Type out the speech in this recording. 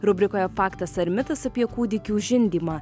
rubrikoje faktas ar mitas apie kūdikių žindymą